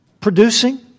producing